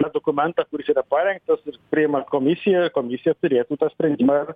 na dokumentą kuris yra parengtas ir priima komisija komisija turėtų tą sprendimą ir